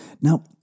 Now